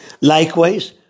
Likewise